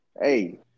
Hey